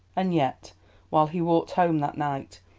and yet while he walked home that night,